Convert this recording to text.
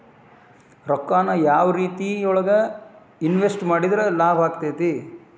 ರೊಕ್ಕಾನ ಯಾವ ಯಾವ ರೇತಿಯೊಳಗ ಇನ್ವೆಸ್ಟ್ ಮಾಡಿದ್ರ ಲಾಭಾಕ್ಕೆತಿ?